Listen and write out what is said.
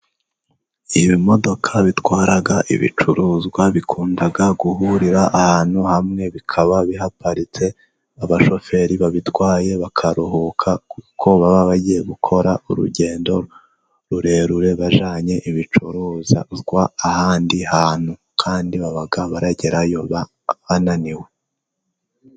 Ibimodoka bitwara ibicuruzwa bikunda guhurira ahantu hamwe bikaba bihaparitse, abashoferi babitwaye bakaruhuka kuko baba bagiye gukora urugendo rurerure bajyanye ibicuruzwa ahandi hantu, kandi baba baragerayo bananiwe.